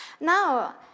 Now